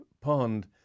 pond